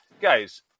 guys